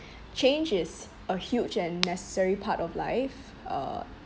change is a huge and necessary part of life uh